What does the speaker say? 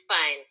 fine